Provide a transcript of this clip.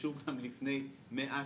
שנרכשו גם לפני 100 שנה,